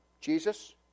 Jesus